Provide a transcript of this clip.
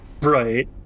Right